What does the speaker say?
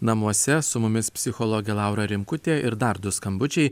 namuose su mumis psichologė laura rimkutė ir dar du skambučiai